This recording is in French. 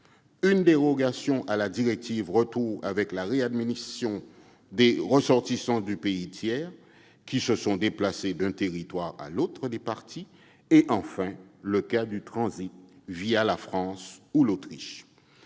une dérogation à la directive Retour avec la réadmission des ressortissants de pays tiers qui se sont déplacés du territoire de l'une des parties à celui de l'autre ; enfin, le transit la France ou l'Autriche.